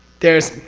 there's.